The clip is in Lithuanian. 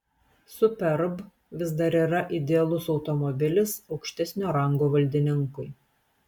superb vis dar yra idealus automobilis aukštesnio rango valdininkui